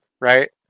right